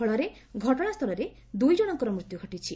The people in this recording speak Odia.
ଫଳରେ ଘଟଣାସ୍ଥଳରେ ଦୁଇ ଜଶଙ୍କର ମୃତ୍ଧୁ ଘଟିଛି